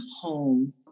home